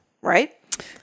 right